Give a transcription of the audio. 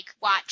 watch